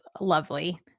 lovely